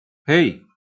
hey